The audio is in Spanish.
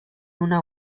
una